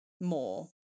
more